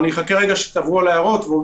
אחכה שתעברו על ההערות.